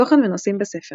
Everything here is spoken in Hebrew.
תוכן ונושאים בספר